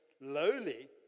lowly